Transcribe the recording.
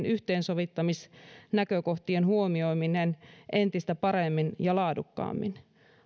yhteensovittamisnäkökohtien huomioiminen entistä paremmin ja laadukkaammin